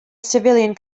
civilian